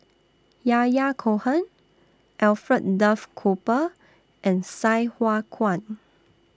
Yahya Cohen Alfred Duff Cooper and Sai Hua Kuan